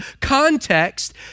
context